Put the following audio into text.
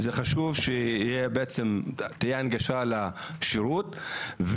חשוב שתהיה הנגשה לשירות.